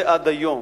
כל זה עד היום.